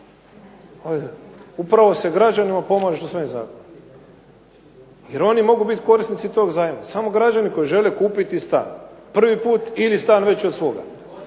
Upravo se građanima pomaže s ovim zakonom, jer oni mogu biti korisnici tog zajma. Samo građani koji žele kupiti stan prvi put ili stan veći od svoga.